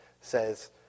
says